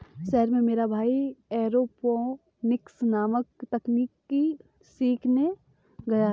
शहर में मेरा भाई एरोपोनिक्स नामक तकनीक सीखने गया है